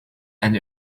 and